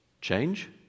Change